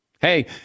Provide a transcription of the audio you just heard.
Hey